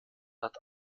hat